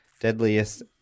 deadliest